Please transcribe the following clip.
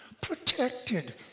protected